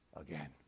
again